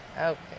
Okay